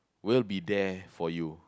will be there for you